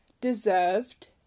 deserved